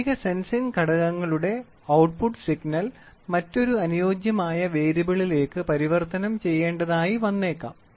പ്രാഥമിക സെൻസിംഗ് ഘടകങ്ങളുടെ output signal മറ്റൊരു അനുയോജ്യമായ വേരിയബിളിലേക്ക് പരിവർത്തനം ചെയ്യേണ്ടതായി വന്നേക്കാം